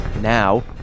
Now